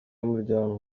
y’umuryango